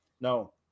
No